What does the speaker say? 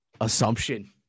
Assumption